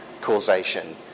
causation